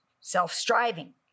self-striving